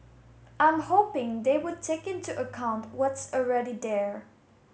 I'm hoping they would take into account what's already there